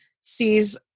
sees